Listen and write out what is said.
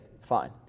fine